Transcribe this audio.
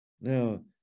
now